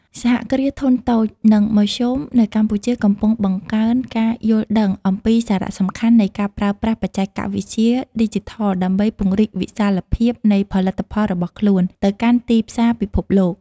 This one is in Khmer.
សហគ្រាសធុនតូច និងមធ្យមនៅកម្ពុជាកំពុងបង្កើនការយល់ដឹងអំពីសារៈសំខាន់នៃការប្រើប្រាស់បច្ចេកវិទ្យាឌីជីថលដើម្បីពង្រីកវិសាលភាពនៃផលិតផលរបស់ខ្លួនទៅកាន់ទីផ្សារពិភពលោក។